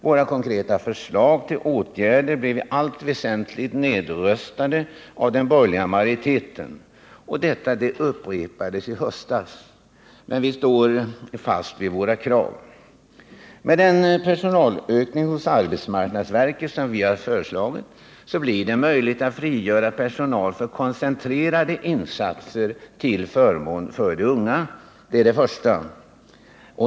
Våra konkreta förslag till åtgärder blev i allt väsentligt nedröstade av den borgerliga majoriteten. Detta upprepades i höstas. Vi står emellertid fast vid våra krav. Med den personalökning hos arbetsmarknadsverket som vi har föreslagit bör det bli möjligt att frigöra personal för koncentrerade insatser till förmån för de unga. Det är det första.